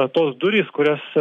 tos durys kurias